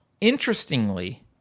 interestingly